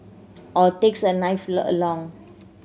or takes a knife along